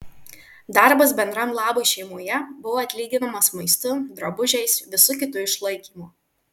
darbas bendram labui šeimoje buvo atlyginamas maistu drabužiais visu kitu išlaikymu